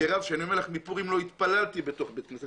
ובפורים לא התפללתי בבית כנסת.